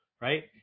right